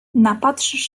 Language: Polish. napatrzysz